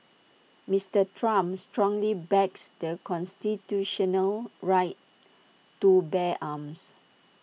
Mister Trump strongly backs the constitutional right to bear arms